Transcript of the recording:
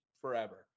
forever